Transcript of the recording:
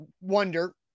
wonder